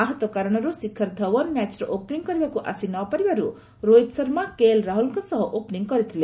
ଆହତ କାରଣରୁ ଶିଖର ଧଓନ ମ୍ୟାଚ୍ର ଓପନିଂ କରିବାକୁ ଆସିନପାରିବାରୁ ରୋହିତ ଶର୍ମା କେଏଲ୍ ରାହୁଲଙ୍କ ସହ ଓପନିଂ କରିଥିଲେ